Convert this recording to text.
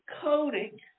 coding